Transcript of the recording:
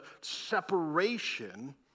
separation